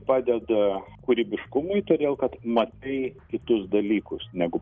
padeda kūrybiškumui todėl kad matai kitus dalykus negu